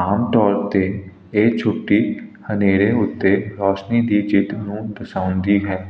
ਆਮ ਤੌਰ 'ਤੇ ਇਹ ਛੁੱਟੀ ਹਨੇਰੇ ਉੱਤੇ ਰੌਸ਼ਨੀ ਦੀ ਜਿੱਤ ਨੂੰ ਦਰਸਾਉਂਦੀ ਹੈ